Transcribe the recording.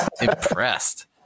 Impressed